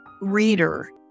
reader